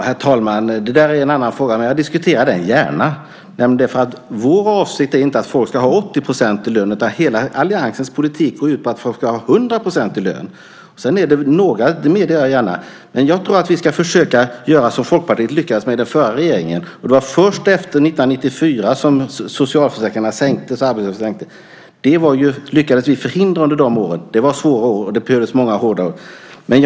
Herr talman! Det där är en annan fråga, som jag gärna diskuterar. Vår avsikt är inte att folk ska ha 80 % lön, utan hela alliansens politik går ut på att folk ska ha 100 % lön. Det medger jag gärna. Jag tror att vi ska försöka göra det som Folkpartiet lyckades med i förra regeringen. Det var ju först efter år 1994 som till exempel socialförsäkringarna sänktes. Det lyckades vi förhindra under de åren - det var svåra år, och det behövdes många hårda åtgärder.